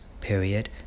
period